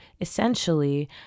essentially